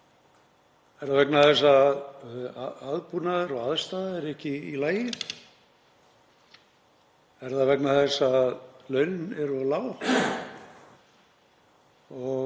Er það vegna þess að aðbúnaður og aðstaða er ekki í lagi? Er það vegna þess að launin eru of lág?